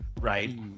right